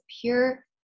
pure